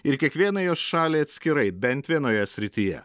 ir kiekvienai jos šaliai atskirai bent vienoje srityje